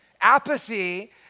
Apathy